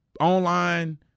online